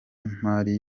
imari